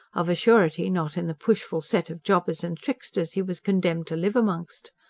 of a surety not in the pushful set of jobbers and tricksters he was condemned to live amongst.